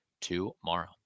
tomorrow